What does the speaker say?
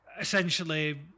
essentially